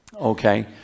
Okay